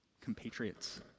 compatriots